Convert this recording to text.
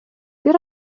бир